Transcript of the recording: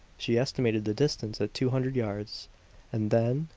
she estimated the distance at two hundred yards and then,